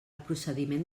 procediment